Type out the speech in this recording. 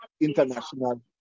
international